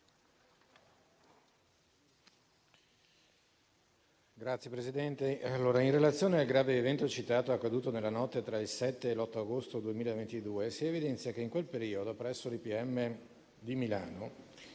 Signor Presidente, in relazione al grave evento citato, accaduto nella notte tra il 7 e l'8 agosto 2022, si evidenzia che in quel periodo presso l'Istituto